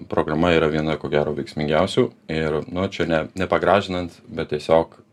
programa yra viena ko gero veiksmingiausių ir nu čia ne nepagražinant bet tiesiog